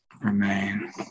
remain